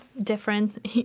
different